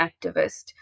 activist